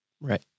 right